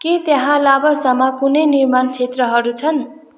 के त्यहाँ लाभासामा कुनै निर्माण क्षेत्रहरू छन्